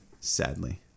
Sadly